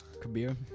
Kabir